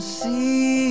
see